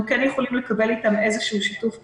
כן יכולים לקבל מהם איזשהו שיתוף פעולה.